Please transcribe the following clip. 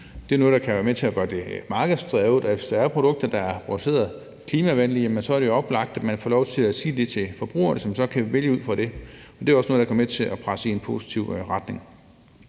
Det er noget, der kan være med til at gøre det markedsdrevet, altså at hvis der er produkter, der er produceret klimavenligt, så er det jo oplagt, at man får lov til at sige det til forbrugerne, som så kan vælge ud fra det. Det er jo også noget, der kan være med til at presse det i en positiv retning.